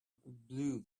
blew